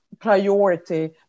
priority